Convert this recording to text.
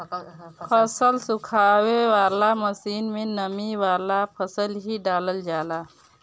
फसल सुखावे वाला मशीन में नमी वाला फसल ही डालल जाला